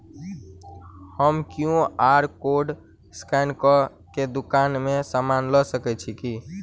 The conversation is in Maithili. हम क्यू.आर कोड स्कैन कऽ केँ दुकान मे समान लऽ सकैत छी की?